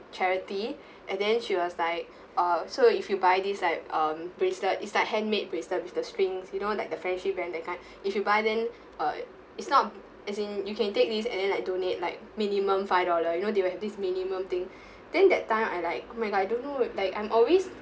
charity and then she was like uh so if you buy this like um bracelet is like handmade bracelet with the strings you know like the friendship band that kind if you buy then uh it's not as in you can take this and then like donate like minimum five dollar you know they will have this minimum thing then that time I like me I don't know like I'm always